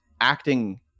acting